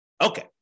Okay